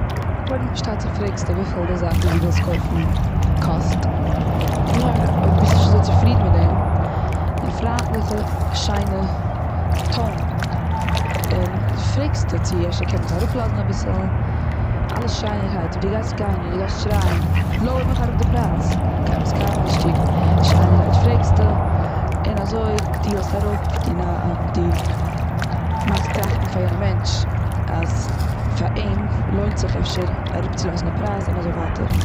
קודם פארשטייט זיך פרעגסטו וויפיל די זאך וואס דו ווילסט קויפן קאסט. נאך דעם, אויב דו ביזט נישט אזוי צופרידן מיט דעם, מאך א פריינטליכע שיינע טאון, און פרעגסט צו אפשר קענסטו אראפ לאזן אביסל? אלעס שיינערהייט. אויב די גייסט גיין און די גייסט שרייען: לויער מיך אראפ די פרייז! גייט מען עס קיינמאל נישט טון. שיינערהייט פרעגסטו און אזוי דיעלסטו אראפ. די די מאכסט טראכטן פאר יענע מענטש אז פאר אים לוינט זיך אפשר אראפ צו לאזן די פרייז. און אזוי ווייטער.